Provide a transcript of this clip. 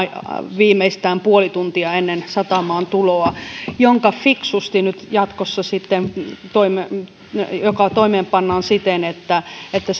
viimeistään puoli tuntia ennen satamaan tuloa mikä fiksusti nyt jatkossa sitten toimeenpannaan siten että että